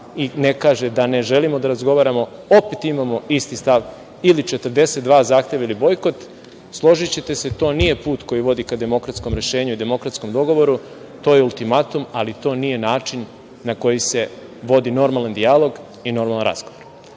i ne kaže da ne želimo da razgovaramo. Opet imamo isti stav ili 42 zahteva ili bojkot. Složićete se, to nije put koji vodi ka demokratskom rešenju, ka demokratskom dogovoru, to je ultimatum ali to nije način na koji se vodi normalan dijalog i normalan razgovor. Kada